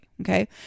Okay